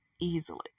easily